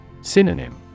Synonym